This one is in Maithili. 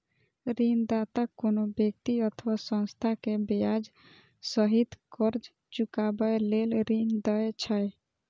ऋणदाता कोनो व्यक्ति अथवा संस्था कें ब्याज सहित कर्ज चुकाबै लेल ऋण दै छै